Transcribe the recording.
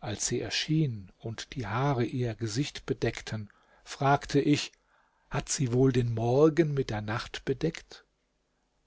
als sie erschien und die haare ihr gesicht bedeckten fragte ich hat sie wohl den morgen mit der nacht bedeckt